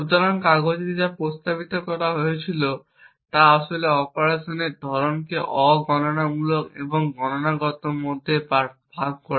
সুতরাং কাগজে যা প্রস্তাব করা হয়েছিল তা আসলে অপারেশনের ধরনকে অ গণনামূলক এবং গণনাগত মধ্যে ভাগ করা